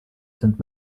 sind